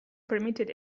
permitted